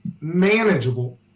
manageable